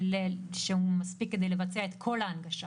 היא מגישה לי את התהליך,